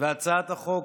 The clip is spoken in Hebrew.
הצעת החוק